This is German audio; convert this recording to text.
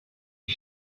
die